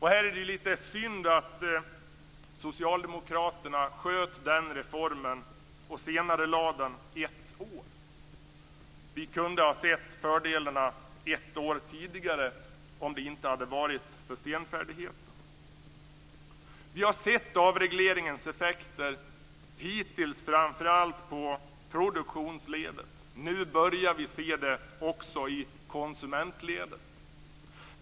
Här är det lite synd att socialdemokraterna senarelade den reformen ett år. Vi kunde ha sett fördelarna ett år tidigare om det inte hade varit för senfärdigheten. Vi har sett avregleringens effekter hittills framför allt på produktionsledet, och nu börjar vi se dem också i konsumentledet.